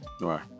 right